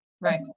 Right